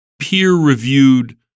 peer-reviewed